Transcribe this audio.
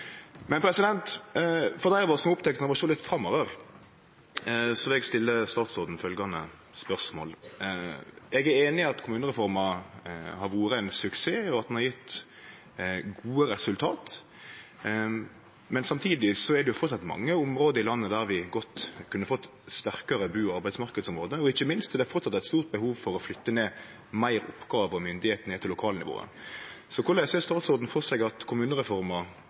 For dei av oss som er opptekne av å sjå litt framover, vil eg stille statsråden eit spørsmål. Eg er einig i at kommunereforma har vore ein suksess, og at ho har gitt gode resultat. Samtidig er det framleis mange område i landet der vi godt kunne fått sterkare bu- og arbeidsmarknadsområde. Ikkje minst er det framleis eit stort behov for å flytte fleire oppgåver og meir myndigheit ned til lokalnivået. Så korleis ser statsråden for seg at kommunereforma